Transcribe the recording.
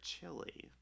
chili